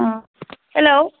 Om hello